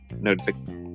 notification